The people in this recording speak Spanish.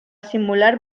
simular